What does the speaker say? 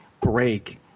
break